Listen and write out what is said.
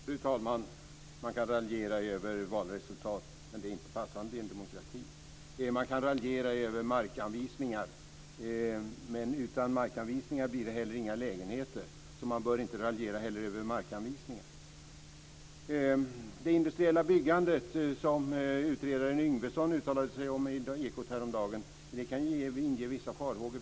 Fru talman! Man kan raljera över valresultat men det är inte passande i en demokrati. Man kan raljera över markanvisningar men utan markanvisningar blir det inga lägenheter, så man behöver inte raljera över markanvisningar heller. Det industriella byggandet, som utredare Yngvesson uttalade sig om i Ekot häromdagen, kan inge vissa farhågor.